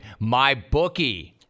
mybookie